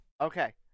Okay